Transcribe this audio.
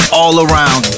all-around